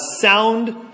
sound